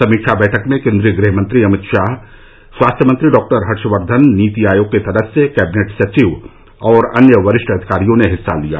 समीक्षा बैठक में केंद्रीय गृह मंत्री अमित शाह स्वास्थ्य मंत्री डॉ हर्षवर्धन नीति आयोग के सदस्य कैबिनेट सचिव और अन्य वरिष्ठ अधिकारियों ने हिस्सा लिया